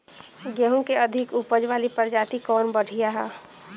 गेहूँ क अधिक ऊपज वाली प्रजाति कवन बढ़ियां ह?